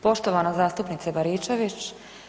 Poštovana zastupnice Baričević.